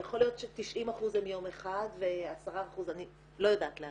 יכול להיות ש-90% הם יום אחד ו-10% --- אני לא יודעת להגיד.